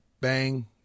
Bang